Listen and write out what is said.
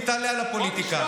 תתעלה על הפוליטיקה.